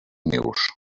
nius